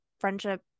friendship